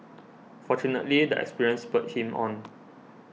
fortunately the experience spurred him on